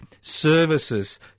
services